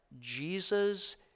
Jesus